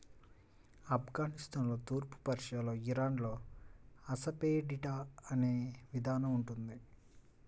ఆఫ్ఘనిస్తాన్లో, తూర్పు పర్షియాలో, ఇరాన్లో అసఫెటిడా అనే విధానం ఉంది